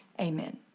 Amen